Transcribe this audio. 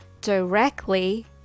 directly